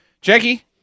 Jackie